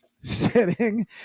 Sitting